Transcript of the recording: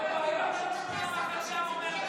לא שמעת מה חצי העם אומר לך.